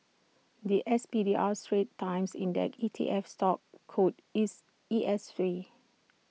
The S P D R straits times index E T F stock code is E S Three